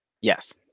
Yes